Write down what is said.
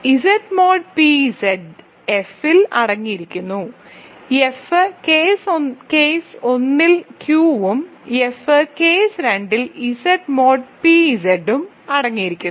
Z mod P Z എഫിൽ അടങ്ങിയിരിക്കുന്നു F case 1 ൽ ക്യുവും എഫ് എഫ് കേസ് 2 ൽ ഇസഡ് മോഡ് പി ഇസഡും അടങ്ങിയിരിക്കുന്നു